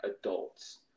adults